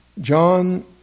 John